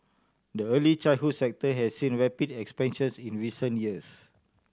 the early childhood sector has seen rapid expansions in recent years